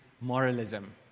moralism